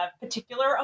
particular